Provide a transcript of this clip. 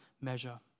measure